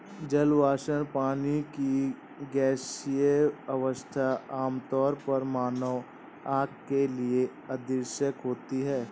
जल वाष्प, पानी की गैसीय अवस्था, आमतौर पर मानव आँख के लिए अदृश्य होती है